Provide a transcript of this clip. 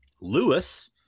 Lewis